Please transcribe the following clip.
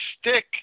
stick